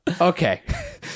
Okay